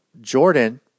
Jordan